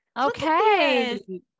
Okay